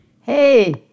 Hey